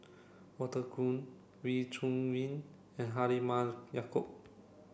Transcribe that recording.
Walter Woon Wee Chong Jin and Halimah Yacob